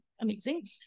amazing